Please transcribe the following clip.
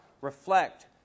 reflect